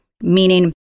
Meaning